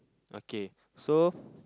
okay so